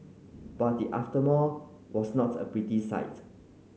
but the aftermath was not a pretty sight